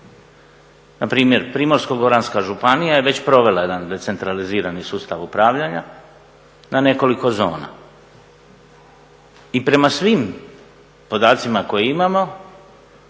Npr. Primorsko-goranska županija je već provela jedan decentralizirani sustav upravljanja na nekoliko zona i prema svim podacima koje imamo